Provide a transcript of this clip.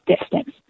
distance